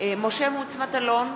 משה מטלון,